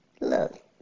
Look